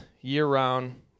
year-round